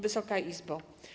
Wysoka Izbo!